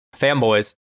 fanboys